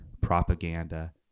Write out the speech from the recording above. propaganda